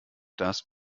das